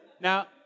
Now